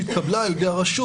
גם כן על הימים האלה,